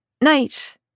Night